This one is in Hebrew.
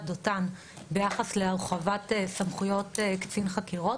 דותן ביחס להרחבת סמכויות קצין חקירות.